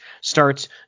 starts